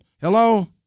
Hello